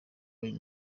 uyu